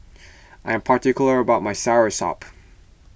I am particular about my Soursop